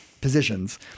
positions